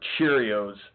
Cheerios